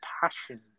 passion